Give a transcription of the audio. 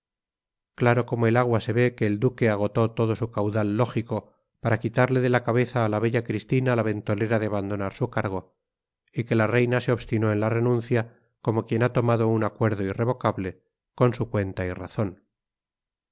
claro como el agua se ve que el duque agotó todo su caudal lógico para quitarle de la cabeza a la bella cristina la ventolera de abandonar su cargo y que la reina se obstinó en la renuncia como quien ha tomado un acuerdo irrevocable con su cuenta y razón